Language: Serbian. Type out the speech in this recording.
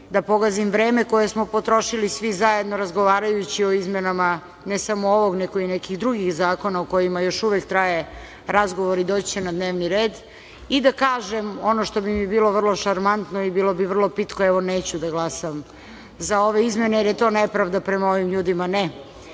da pogazim vreme koje smo potrošili svi zajedno razgovarajući o izmenama ne samo ovog, nego i nekih drugih zakona o kojima još uvek traje razgovor i doći će na dnevni red i da kažem ono što bi mi bilo vrlo šarmantno i bilo bi vrlo pitko – evo neću da glasam za ove izmene, jer je to nepravda prema ovim ljudima. Ne,